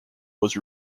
was